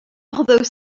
although